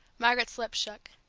margaret's lip shook.